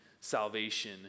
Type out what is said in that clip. salvation